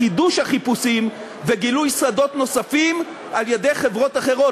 לחידוש החיפושים וגילוי שדות נוספים על-ידי חברות אחרות,